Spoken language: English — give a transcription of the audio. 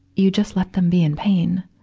you just let them be in pain.